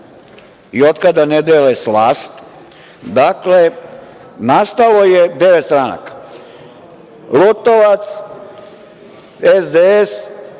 i od kada ne dele slast, dakle, nastalo je devet stranaka – Lutovac, SDS,